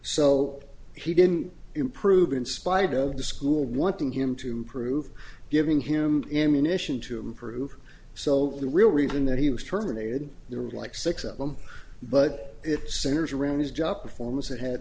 so he didn't improve in spite of the school wanting him to improve giving him ammunition to improve so the real reason that he was terminated they were like six of them but it centers around his job performance that had